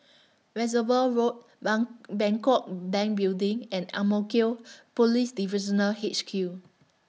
Reservoir Road Bang Bangkok Bank Building and Ang Mo Kio Police Divisional H Q